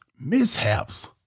mishaps